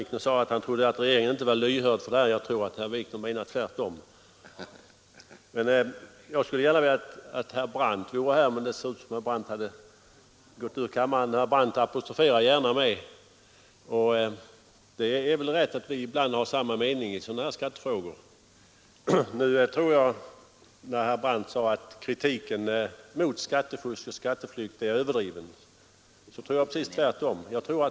Herr talman! Det är riktigt att herr Brandt och jag ibland har samma mening i sådana här skattefrågor. Men när herr Brandt säger att kritiken mot skatteflykten är överdriven så tror jag tvärtom.